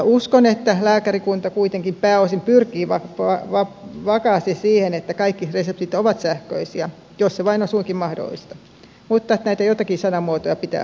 uskon että lääkärikunta kuitenkin pääosin pyrkii vakaasti siihen että kaikki reseptit ovat sähköisiä jos se vain on suinkin mahdollista mutta näitä joitakin sanamuotoja pitää harkita vielä